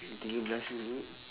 can you dance with me